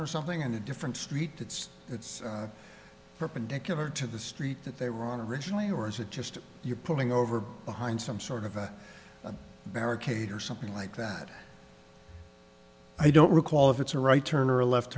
or something in a different street that's it's perpendicular to the street that they were on originally or is it just you're pulling over behind some sort of a barricade or something like that i don't recall if it's a right turn or a left